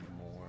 more